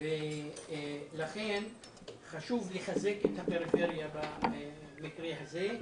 חשוב לחזק את הפריפריה במקרה הזה.